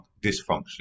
dysfunction